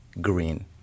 green